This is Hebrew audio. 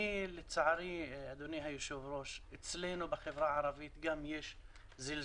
לצערי אדוני היושב ראש אצלנו בחברה הערבית יש זלזול